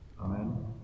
Amen